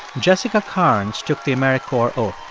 jessica carnes took the americorps oath.